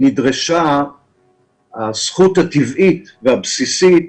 נדרשה הזכות הטבעית והבסיסית